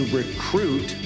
recruit